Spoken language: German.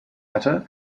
hatte